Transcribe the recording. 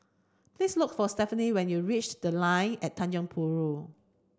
please look for Stephenie when you reach The Line at Tanjong Rhu